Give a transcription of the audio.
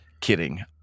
kidding